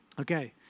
Okay